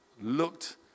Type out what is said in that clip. looked